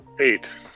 eight